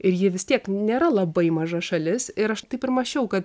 ir ji vis tiek nėra labai maža šalis ir aš taip ir mąsčiau kad